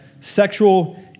sexual